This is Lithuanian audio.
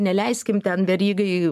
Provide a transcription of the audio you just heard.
neleiskim ten verygai